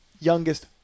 youngest